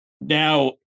now